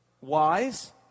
wise